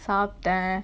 swab the